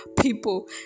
people